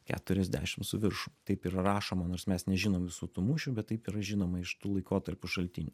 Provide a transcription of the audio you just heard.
keturiasdešim su viršum taip ir rašoma nors mes nežinom visų tų mūšių bet taip yra žinoma iš tų laikotarpių šaltinių